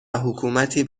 حکومتی